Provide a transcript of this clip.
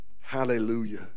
hallelujah